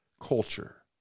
culture